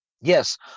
Yes